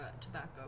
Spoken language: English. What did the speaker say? tobacco